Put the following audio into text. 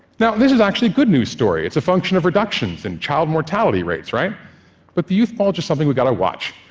now, this is actually a good news story. it's a function of reductions in child mortality rates. but the youth bulge is something we've got to watch.